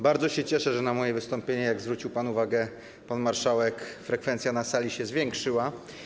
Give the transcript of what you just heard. Bardzo się cieszę, że na czas mojego wystąpienia, jak zwrócił uwagę pan marszałek, frekwencja na sali się zwiększyła.